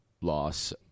loss